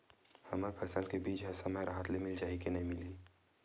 हमर फसल के बीज ह समय राहत ले मिल जाही के नी मिलही?